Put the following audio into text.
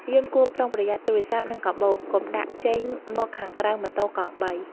យើងគួរប្រុងប្រយ័ត្នទូរស័ព្ទ និងកាបូប កុំដាក់ចេញមកខាងក្រៅម៉ូតូកង់បី។